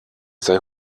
sei